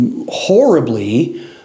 horribly